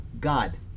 god